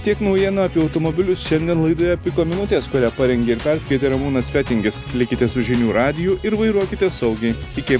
tiek naujienų apie automobilius šiandien laidoje piko minutės kurią parengė ir perskaitė ramūnas fetingis likite su žinių radiju ir vairuokite saugiai iki